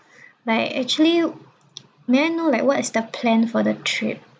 like actually may I know like what is the plan for the trip